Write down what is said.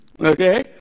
Okay